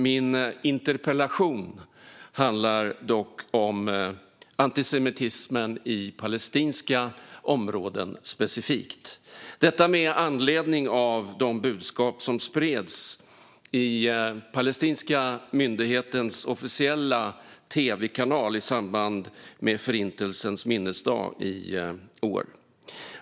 Min interpellation handlar dock specifikt om antisemitismen i palestinska områden. Jag tar upp detta med anledning av de budskap som spreds i den palestinska myndighetens officiella tv-kanal i samband med Förintelsens minnesdag i år.